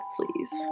please